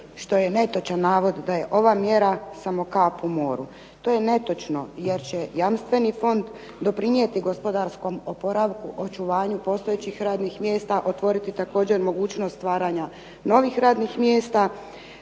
što je netočan navod da je ova mjera samo kap u moru. To je netočno jer će jamstveni fond doprinijeti gospodarskom oporavku, očuvanju postojećih radnih mjesta, otvoriti također mogućnost stvaranja novih radnih mjesta.